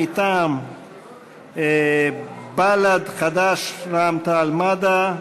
מטעם בל"ד חד"ש רע"ם-תע"ל-מד"ע: